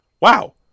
wow